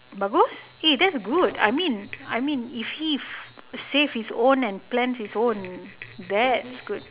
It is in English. bagus eh that's good I mean I mean if he save his own and plans his own that's good